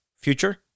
future